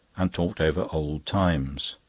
and talked over old times.